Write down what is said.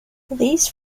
these